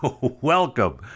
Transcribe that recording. welcome